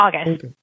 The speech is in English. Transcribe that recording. August